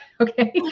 Okay